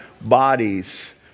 bodies